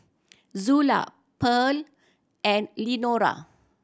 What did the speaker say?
Zula Pearl and Lenora